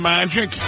Magic